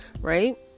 right